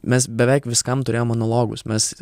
mes beveik viskam turėjom analogus mes